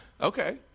Okay